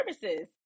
services